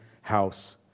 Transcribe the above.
house